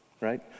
right